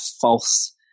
false